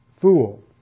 fool